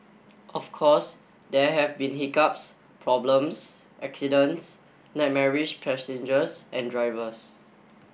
of course there have been hiccups problems accidents nightmarish passengers and drivers